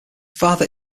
father